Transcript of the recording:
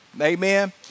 amen